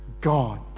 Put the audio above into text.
God